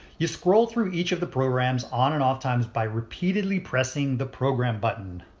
you scroll through each of the program's on and off times by repeatedly pressing the program button.